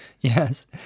Yes